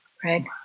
Craig